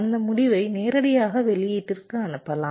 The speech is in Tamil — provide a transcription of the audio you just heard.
அந்த முடிவை நேரடியாக வெளியீட்டிற்கு அனுப்பலாம்